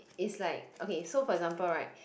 it's like okay so for example right